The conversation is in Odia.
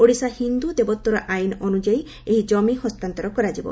ଓଡିଶା ହିନ୍ଦୁ ଦେବୋତ୍ତର ଆଇନ ଅନୁଯାୟୀ ଏହି ଜମି ହସ୍ତାନ୍ତର କରାଯିବ